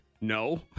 No